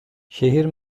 şehir